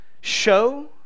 show